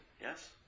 Yes